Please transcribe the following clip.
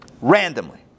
randomly